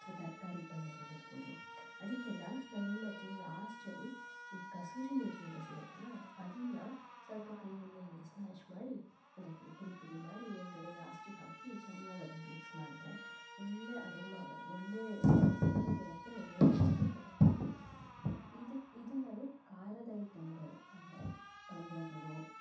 ಅಥವಾ ತರಕಾರಿ ಪಲ್ಯಗಳಿರ್ಬೋದು ಅದಕ್ಕೆಲ್ಲ ನಾನು ಏನು ಮಾಡ್ತೀನಿ ಲಾಸ್ಟಲ್ಲಿ ಈ ಕಸೂರಿ ಮೇಥಿ ಅಂತ ಸಿಗುತ್ತಲ್ಲ ಅದನ್ನು ಸ್ವಲ್ಪ ಕೈಯ್ಯಲ್ಲೇ ಹಿಂಗೆ ಸ್ಮಾಶ್ ಮಾಡಿ ಅಂದರೆ ಈ ಪುಡಿ ಪುಡಿ ಮಾಡಿ ಮೇಲ್ಗಡೆ ಲಾಸ್ಟಿಗೆ ಹಾಕಿ ಚೆನ್ನಾಗಿ ಅದನ್ನು ಮಿಕ್ಸ್ ಮಾಡಿದರೆ ಒಳ್ಳೆಯ ಅರೋಮಾ ಬರುತ್ತೆ ಒಳ್ಳೆಯ ವಾಸನೇನೂ ಬರುತ್ತೆ ಒಳ್ಳೆಯ ಟೇಸ್ಟು ಕೊಡುತ್ತೆ ಇದು ಇದು ನಾನು ಖಾರದ ಐಟಂಗಳು ಅಂದರೆ ಪಲ್ಯಗಳು